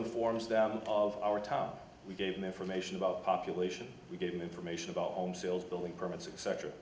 informs them of our town we gave them information about population we give them information about home sales building permits et